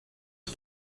het